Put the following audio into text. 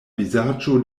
vizaĝo